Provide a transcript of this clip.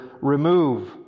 remove